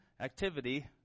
activity